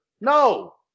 No